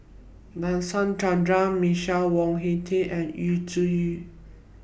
Nadasen Chandra Michael Wong Hong Teng and Yu Zhuye